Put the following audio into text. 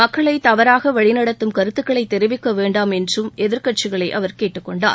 மக்களை தவறாக வழிநடத்தும் கருத்துக்களை தெரிவிக்க வேண்டாம் என்று எதிர்க்கட்சிகளை அவர் கேட்டுக்கொண்டார்